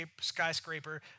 skyscraper